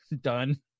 Done